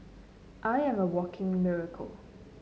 I am a walking miracle